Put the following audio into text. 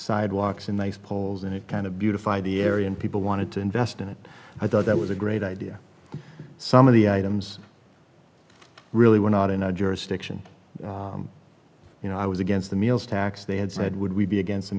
sidewalks in the polls and it kind of beautified the area and people wanted to invest in it and i thought that was a great idea some of the items really we're not in our jurisdiction you know i was against the meals tax they had said would we be against the